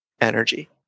energy